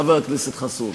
חבר הכנסת חסון.